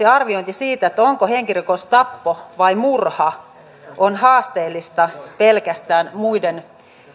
arviointi siitä onko henkirikos tappo vai murha on haasteellista pelkästään muiden